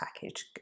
package